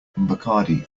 bacardi